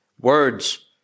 words